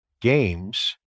games